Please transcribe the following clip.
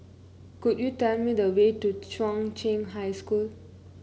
could you tell me the way to Chung Cheng High School